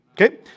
Okay